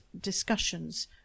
discussions